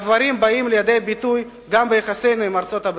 הדברים באים לידי ביטוי גם ביחסינו עם ארצות-הברית.